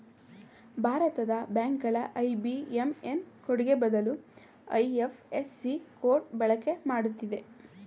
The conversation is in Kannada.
ಭಾರತದ ಬ್ಯಾಂಕ್ ಗಳು ಐ.ಬಿ.ಎಂ.ಎನ್ ಕೋಡ್ಗೆ ಬದಲು ಐ.ಎಫ್.ಎಸ್.ಸಿ ಕೋಡ್ ಬಳಕೆ ಮಾಡುತ್ತಿದೆ